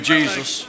Jesus